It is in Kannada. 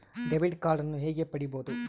ಡೆಬಿಟ್ ಕಾರ್ಡನ್ನು ಹೇಗೆ ಪಡಿಬೋದು?